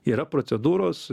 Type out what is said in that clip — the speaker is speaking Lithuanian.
yra procedūros